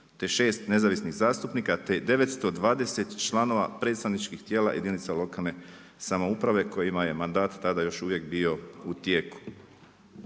te 6 nezavisnih zastupnika te 920 članova predstavničkih tijela jedinica lokalne samouprave kojima je mandat tada još uvijek bio u tijeku.